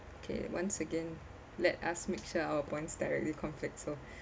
okay once again let us make sure our points directly conflict so